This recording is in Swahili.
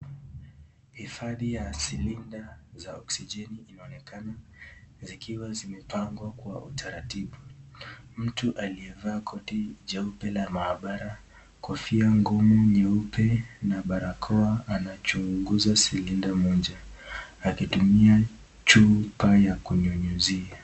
Hifadhi ya silinda za oksijeni inaonekana zikiwa zimepangwa kwa utaratibu. Mtu aliyevaa koti jeupe la maabra kofia ngumu nyeupe na barakoa anachunguza silinda moja akitumia chupa ya kunyunyizia.